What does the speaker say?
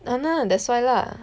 um lah that's why lah